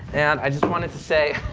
and i just wanted to say